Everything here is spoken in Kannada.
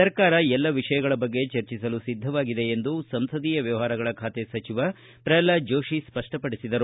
ಸರ್ಕಾರ ಎಲ್ಲ ವಿಷಯಗಳ ಬಗ್ಗೆ ಚರ್ಚಿಸಲು ಸಿದ್ಧವಾಗಿದೆ ಎಂದು ಸಂಸದೀಯ ವ್ಯವಹಾರಗಳ ಖಾತೆ ಸಚಿವ ಪ್ರಲ್ವಾದ್ ಜೋಶಿ ಸ್ಪಷ್ಟಪಡಿಸಿದರು